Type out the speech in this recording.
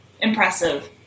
impressive